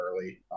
early